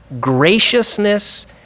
graciousness